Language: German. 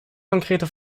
konkrete